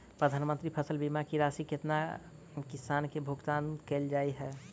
प्रधानमंत्री फसल बीमा की राशि केतना किसान केँ भुगतान केल जाइत है?